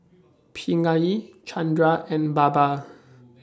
Pingali Chanda and Baba